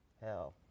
Hell